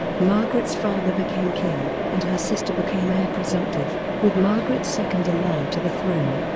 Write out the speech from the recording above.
margaret's father became king, and her sister became heir presumptive, with margaret second in line to the throne.